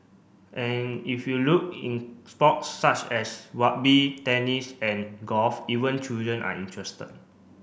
if you look in sports such as rugby tennis and golf even children are interested